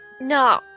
No